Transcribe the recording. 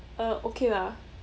uh okay lah